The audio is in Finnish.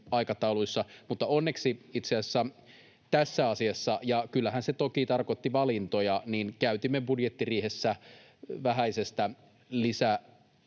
aikatauluissa, mutta onneksi itse asiassa tässä asiassa — ja kyllähän se toki tarkoitti valintoja — käytimme budjettiriihessä vähäisestä